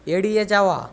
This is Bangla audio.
এড়িয়ে যাওয়া